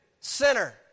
sinner